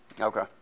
Okay